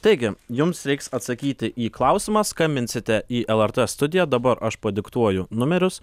taigi jums reiks atsakyti į klausimą skambinsite į lrt studiją dabar aš padiktuoju numerius